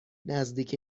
نزدیک